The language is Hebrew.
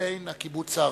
לבין הקיבוץ הארצי.